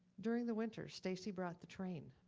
during the winter, stacy brought the train